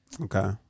Okay